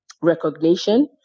recognition